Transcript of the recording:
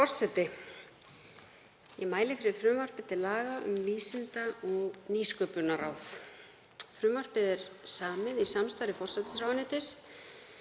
forseti. Ég mæli fyrir frumvarpi til laga um Vísinda- og nýsköpunarráð. Frumvarpið er samið í samstarfi forsætisráðuneytis,